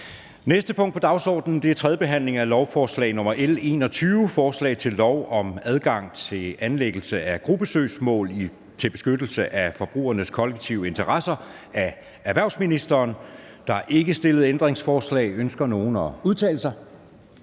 næste punkt på dagsordenen er: 4) 3. behandling af lovforslag nr. L 21: Forslag til lov om adgang til anlæggelse af gruppesøgsmål til beskyttelse af forbrugernes kollektive interesser. Af erhvervsministeren (Morten Bødskov). (Fremsættelse